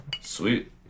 Sweet